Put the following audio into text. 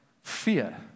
fear